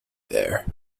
there